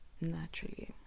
naturally